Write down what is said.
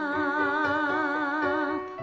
up